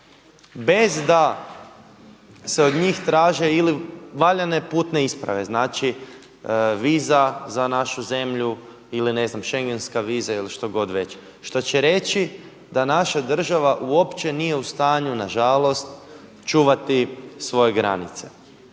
bez da se od njih traže valjane putne isprave, znači viza za našu zemlju ili ne znam schengenska viza ili što god već, što će reći da naša država uopće nije u stanju nažalost, čuvati svoje granice.